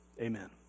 Amen